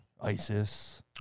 ISIS